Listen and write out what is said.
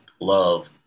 love